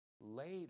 later